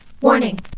Warning